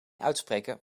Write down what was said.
uitspreken